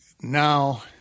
now